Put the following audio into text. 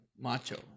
macho